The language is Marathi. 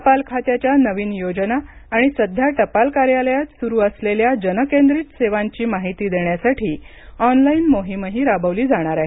टपाल खात्याच्या नवीन योजना आणि सध्या टपाल कार्यलयात सुरू असलेल्या जनकेंद्रित सेवांची माहिती देण्यासाठी ऑनलाइन मोहीमही राबवली जाणार आहे